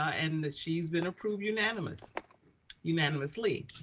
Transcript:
and that she's been approved unanimous unanimously.